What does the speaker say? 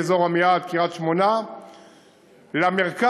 מאזור עמיעד קריית-שמונה למרכז,